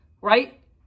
right